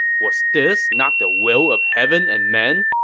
was this not the will of heaven and men?